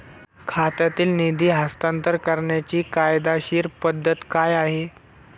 खात्यातील निधी हस्तांतर करण्याची कायदेशीर पद्धत काय आहे?